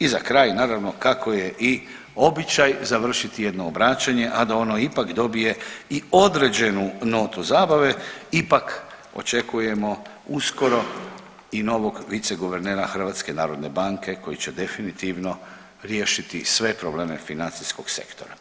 I za kraj naravno kako je i običaj završiti jedno obraćanje, a da ono ipak dobije i određenu notu zabave ipak očekujemo uskoro i novog viceguvernera Hrvatske narodne banke koji će definitivno riješiti sve probleme financijskog sektora.